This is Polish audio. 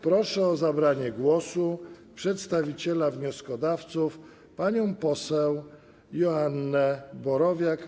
Proszę o zabranie głosu przedstawiciela wnioskodawców panią poseł Joannę Borowiak.